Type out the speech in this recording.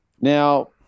now